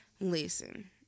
Listen